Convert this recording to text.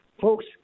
Folks